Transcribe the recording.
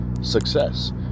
success